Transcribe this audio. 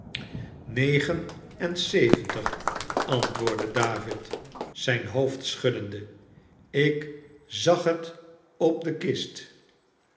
negen en zeventig antwoordde david zijn hoofd schuddende ik zag het op de kist